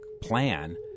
plan